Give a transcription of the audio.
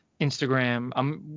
Instagram